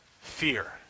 fear